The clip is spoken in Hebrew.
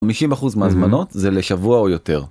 50% מההזמנות זה לשבוע או יותר.